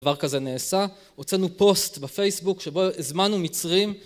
דבר כזה נעשה, הוצאנו פוסט בפייסבוק שבו הזמנו מצרים